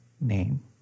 name